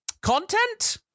Content